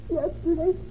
yesterday